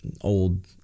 old